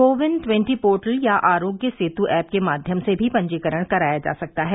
CoWIN twenty portal या Aarogya Setu app के माध्यम से भी पंजीकरण कराया जा सकता है